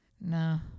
No